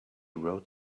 wrote